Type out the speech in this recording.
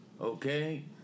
okay